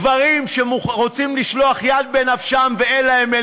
גברים שרוצים לשלוח יד בנפשם ואין להם אל